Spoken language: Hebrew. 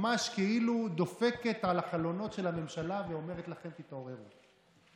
ממש כאילו דופקת על החלונות של הממשלה ואומרת לכם: תתעוררו.